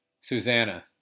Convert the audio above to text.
Susanna